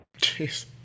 Jeez